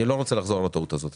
אני לא רוצה לחזור על הטעות הזאת,